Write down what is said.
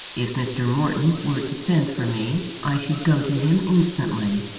if mr. morton were to send for me, i should go to him instantly.